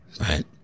right